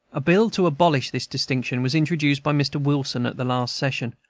a bill to abolish this distinction was introduced by mr. wilson at the last session,